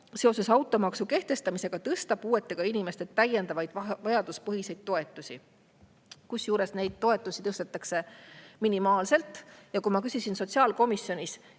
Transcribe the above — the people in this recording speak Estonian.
seoses automaksu kehtestamisega tõsta puuetega inimeste täiendavaid vajaduspõhiseid toetusi, kusjuures neid toetusi tõstetakse minimaalselt. Kui ma küsisin sotsiaalkomisjonis